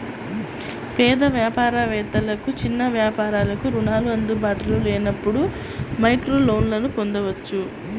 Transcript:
పేద వ్యాపార వేత్తలకు, చిన్న వ్యాపారాలకు రుణాలు అందుబాటులో లేనప్పుడు మైక్రోలోన్లను పొందొచ్చు